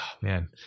man